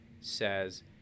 says